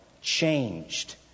Changed